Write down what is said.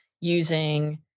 using